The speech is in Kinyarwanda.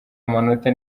amanota